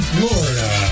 Florida